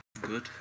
good